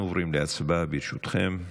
אנחנו עוברים להצבעה, ברשותכם.